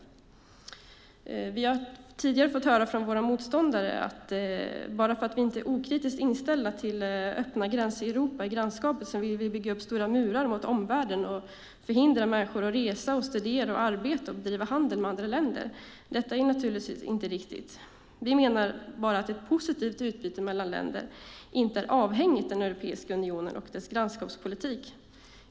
Från våra motståndare har vi tidigare fått höra att vi, bara för att vi inte är okritiskt inställda till öppna gränser i Europa och i grannskapet, vill bygga upp stora murar mot omvärlden och förhindra människor att resa, studera, arbeta och bedriva handel med andra länder. Detta är naturligtvis inte riktigt. Vi menar bara att ett positivt utbyte mellan länder inte är avhängigt den europeiska unionen och dess grannskapspolitik.